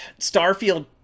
starfield